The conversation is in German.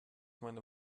meiner